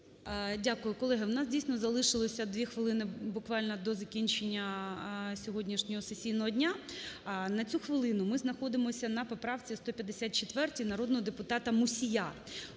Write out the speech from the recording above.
Дякую. Колеги, у нас дійсно залишилось дві хвилини буквально до закінчення сьогоднішнього сесійного дня. На цю хвилину ми знаходимося на поправці 154 народного депутата Мусія.